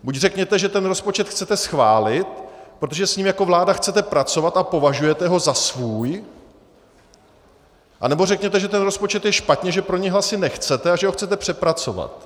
Buď řekněte, že ten rozpočet chcete schválit, protože s ním jako vláda chcete pracovat a považujete ho za svůj, anebo řekněte, že ten rozpočet je špatně, že pro něj hlasy nechcete a že ho chcete přepracovat.